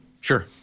Sure